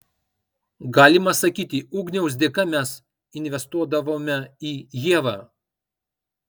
galima sakyti ugniaus dėka mes investuodavome į ievą